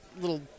little